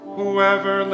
Whoever